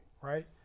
right